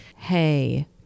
hey